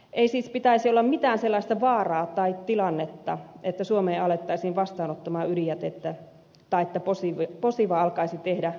ei siis pitäisi olla mitään sellaista vaaraa tai tilannetta että suomeen alettaisiin vastaanottaa ydinjätettä tai että posiva alkaisi tehdä loppusijoittamisella bisnestä